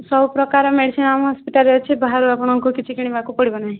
ସବୁ ପ୍ରକାର ମେଡ଼ିସିନ୍ ଆମ ହସ୍ପିଟାଲ୍ରେ ଅଛି ବାହାରୁ ଆପଣଙ୍କୁ କିଛି କିଣିବାକୁ ପଡ଼ିବ ନାହିଁ